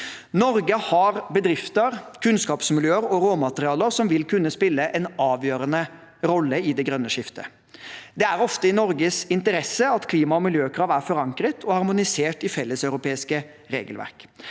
Norge har bedrifter, kunnskapsmiljøer og råmaterialer som vil kunne spille en avgjørende rolle i det grønne skiftet. Det er ofte i Norges interesse at klima- og miljøkrav er forankret og harmonisert i felleseuropeiske regelverk.